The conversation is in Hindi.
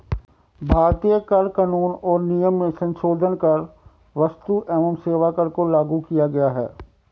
भारतीय कर कानून और नियम में संसोधन कर क्स्तु एवं सेवा कर को लागू किया गया है